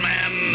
Man